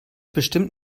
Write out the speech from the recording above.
bestimmt